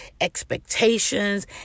expectations